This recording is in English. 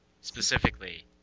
specifically